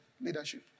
leadership